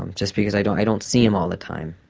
um just because i don't i don't see them all the time.